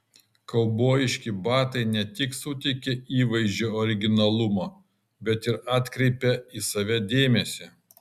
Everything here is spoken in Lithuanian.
kaubojiški batai ne tik suteikia įvaizdžiui originalumo bet ir atkreipia į save dėmesį